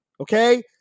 Okay